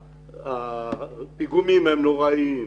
הפיגומים הם נוראיים.